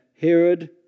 Herod